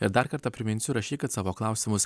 ir dar kartą priminsiu rašykit savo klausimus